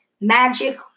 Magic